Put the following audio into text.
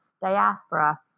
diaspora